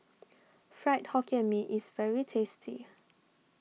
Fried Hokkien Mee is very tasty